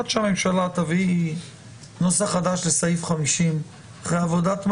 עד שהממשלה תביא נוסח חדש לסעיף 50 אחרי עבודת מטה,